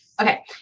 Okay